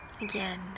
again